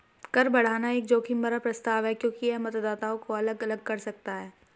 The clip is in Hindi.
कर बढ़ाना एक जोखिम भरा प्रस्ताव है क्योंकि यह मतदाताओं को अलग अलग कर सकता है